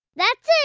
that's it.